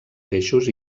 peixos